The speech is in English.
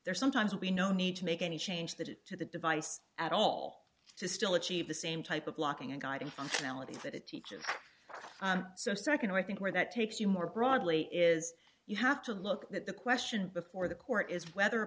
there's sometimes we no need to make any change that to the device at all to still achieve the same type of blocking and guiding functionality that it teaches so second i think where that takes you more broadly is you have to look at the question before the court is whether a